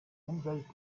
umwelt